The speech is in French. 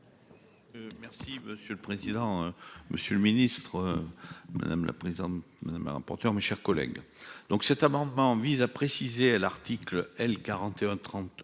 Merci monsieur le président, monsieur le ministre. Madame la présidente, madame le rapporteur, mes chers collègues. Donc cet amendement vise à préciser à l'article L. 41